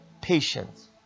patience